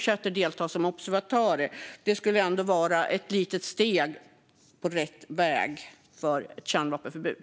Det skulle ändå vara ett litet steg på rätt väg mot ett kärnvapenförbud.